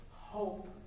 hope